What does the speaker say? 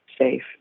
safe